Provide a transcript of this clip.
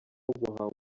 guhanga